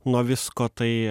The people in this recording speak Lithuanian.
nuo visko tai